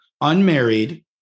unmarried